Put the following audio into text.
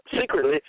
secretly